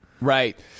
Right